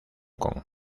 kong